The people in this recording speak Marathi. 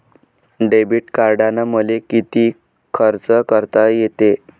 डेबिट कार्डानं मले किती खर्च करता येते?